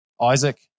Isaac